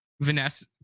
vanessa